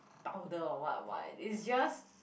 powder or [what] [what] it's just